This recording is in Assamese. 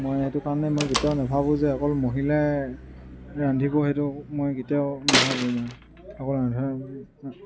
মই সেইটো কাৰণে মই কেতিয়াও নাভাবোঁ যে অকল মহিলাই ৰান্ধিব সেইটো মই কেতিয়াও নাভাবোঁ মই অকল ৰন্ধা